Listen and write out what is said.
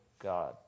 god